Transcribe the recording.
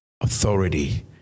authority